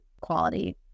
quality